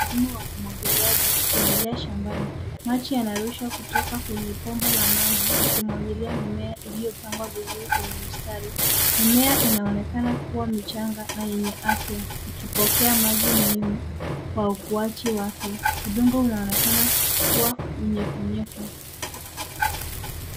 Mfumo wa umwagiliaji ukiendelea shambani. Maji yanarushwa kutoka kwenye bomba la maji yakimwagilia mimea iliyopangwa vizuri kwenye mistari. Mimea inaonekana kuwa michanga na enye afya ikipokea maji muhimu kwa ukuaji wake. Udongo unaonekana kuwa nyevunyevu.